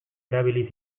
erabili